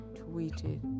tweeted